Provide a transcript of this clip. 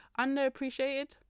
underappreciated